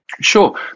Sure